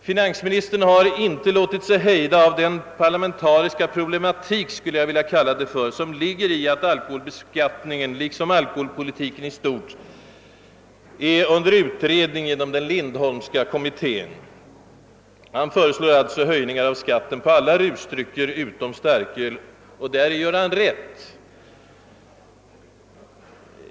Finansministern har inte låtit sig hejdas av den parlamentariska problematik, som väl kan anses ligga i att alkoholbeskattningen liksom alkoholpoliti ken i stort utreds inom den Lindholmska: kommittén... Han föreslår alltså höjning av skatten på alla rusdrycker utom starköl. Och däri gör han rätt.